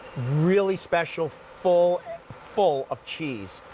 really special, full full of cheese.